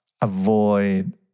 avoid